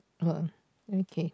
okay